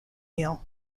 meal